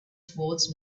towards